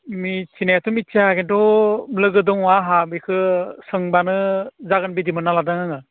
मिथिनायाथ' मिथिया खिन्थु लोगो दङ आंहा बिखो सोंब्लानो जागोन बायदि मोनना लादों आङो